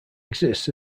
exists